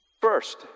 First